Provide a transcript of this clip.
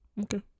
Okay